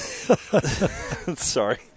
sorry